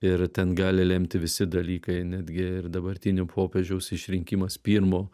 ir ten gali lemti visi dalykai netgi ir dabartinio popiežiaus išrinkimas pirmo